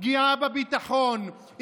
פגיעה בביטחון,